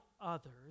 others